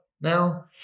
now